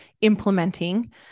implementing